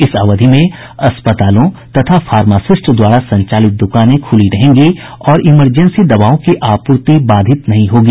इस अवधि में अस्पतालों तथा फार्मासिस्ट द्वारा संचालित दुकानें खुली रहेंगी और इमरजेंसी दवाओं की आपूर्ति बाधित नहीं होगी